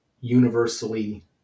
universally